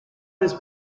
was